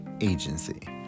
agency